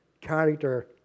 character